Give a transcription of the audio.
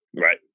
Right